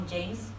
James